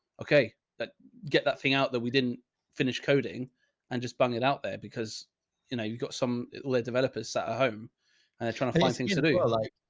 okay, that get that thing out that we didn't finish coding and just bang it out there because you know you've got some lead developers that are home and they're trying to find things to do. like